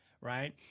Right